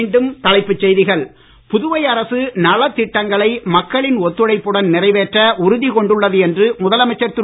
மீண்டும் தலைப்புச் செய்திகள் புதுவை அரசு நலத்திட்டங்களை மக்களின் ஒத்துழைப்புடன் நிறைவேற்ற உறுதி கொண்டுள்ளது என்று முதலமைச்சர் திரு